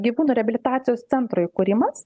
gyvūnų reabilitacijos centro įkūrimas